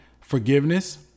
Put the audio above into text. forgiveness